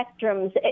spectrums